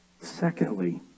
Secondly